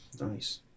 Nice